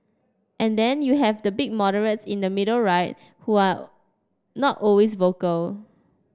and then you have the big moderates in the middle right who are not always vocal